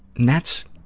that's,